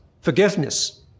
forgiveness